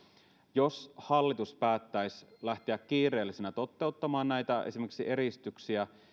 jos hallitus päättäisi lähteä kiireellisenä toteuttamaan esimerkiksi näitä eristyksiä ja